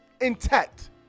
intact